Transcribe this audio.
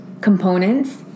components